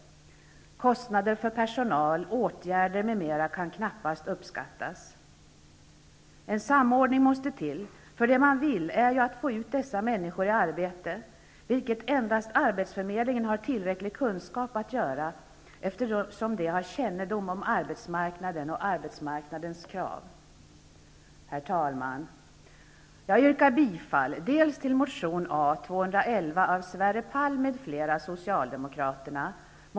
Kostnader för personal, åtgärder m.m. kan knappast uppskattas. En samordning måste till. Det man vill är ju att få ut dessa människor i arbete, vilket endast arbetsförmedlingarna har tillräcklig kunskap att göra, eftersom de har kännedom om arbetsmarknaden och arbetsmarknadens krav. Herr talman!